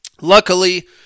Luckily